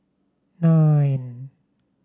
nine